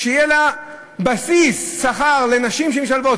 שיהיה בסיס, שכר, לנשים שמשתלבות.